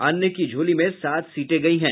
अन्य की झोली में सात सीटें गई हैं